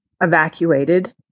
evacuated